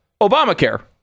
Obamacare